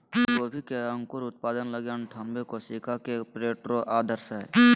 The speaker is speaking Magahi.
फूलगोभी के अंकुर उत्पादन लगी अनठानबे कोशिका के प्रोट्रे आदर्श हइ